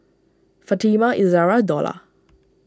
Fatimah Izara Dollah